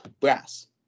brass